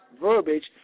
verbiage